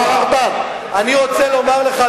אני רוצה לומר לך,